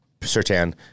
Sertan